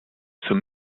zum